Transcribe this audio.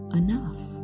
enough